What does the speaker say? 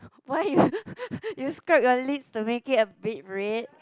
why you you scrub your lips to make it a bit red